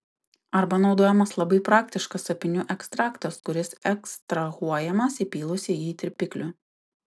arba naudojamas labai praktiškas apynių ekstraktas kuris ekstrahuojamas įpylus į jį tirpiklių